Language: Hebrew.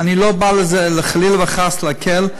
אני לא בא, חלילה וחס, להקל,